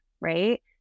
right